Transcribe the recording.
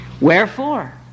Wherefore